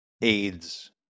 aids